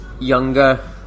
younger